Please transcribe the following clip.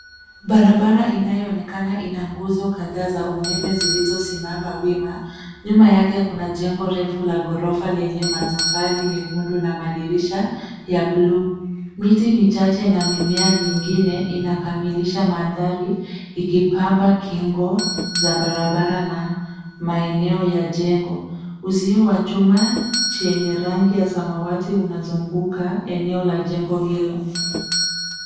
Barabara inayoonekana na nguzo kadhaa za umeme zilizosimama wima. Nyuma yake kuna jengo refu la ghorofa lenye matofali mekundu na madirisha ya bluu. Miti michache na mimea mingine inakamilisha mandhari ikipamba kingo za barabara na maeneo ya jengo. Uzio wa chuma chenye rangi ya samawati unazunguka eneo la jengo hilo.